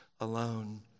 alone